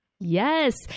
Yes